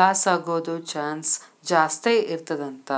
ಲಾಸಾಗೊದ್ ಚಾನ್ಸ್ ಜಾಸ್ತೇಇರ್ತದಂತ